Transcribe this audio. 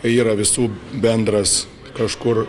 tai yra visų bendras kažkur